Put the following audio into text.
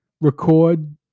record